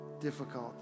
difficult